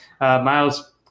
miles